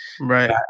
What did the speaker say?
Right